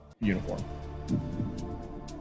uniform